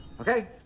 Okay